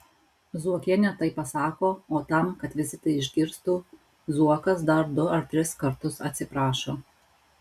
zuokienė taip pasako o tam kad visi tai išgirstų zuokas dar du ar tris kartus atsiprašo